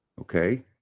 Okay